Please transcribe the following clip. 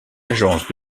agences